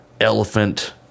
elephant